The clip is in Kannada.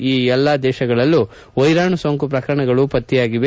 ಈ ಎಲ್ಲ ದೇಶಗಳಲ್ಲೂ ವೈರಾಣು ಸೋಂಕು ಪ್ರಕರಣಗಳು ಪತ್ತೆಯಾಗಿವೆ